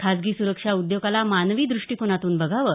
खासगी सुरक्षा उद्योगाला मानवी दृष्टिकोनातून बघावे